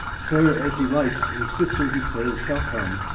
sir, as he likes, his sister, he says, shall come.